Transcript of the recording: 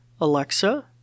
Alexa